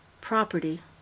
Property